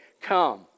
come